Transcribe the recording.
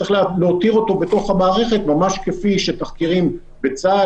צריך להותיר אותו בתוך המערכת ממש כפי שתחקירים בצה"ל